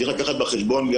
צריך לקחת בחשבון,